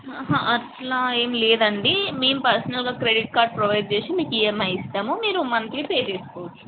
అట్లా ఏం లేదండి మేం పర్సనల్గా క్రెడిట్ కార్డు ప్రోవైడ్ చేసి మీకు ఈఎంఐ ఇస్తాము మీరు మంత్లీ పే చేసుకోవచ్చు